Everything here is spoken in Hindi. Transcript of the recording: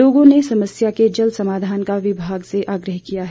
लोगों ने समस्या के जल्द समाधान का विभाग से आग्रह किया है